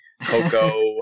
Coco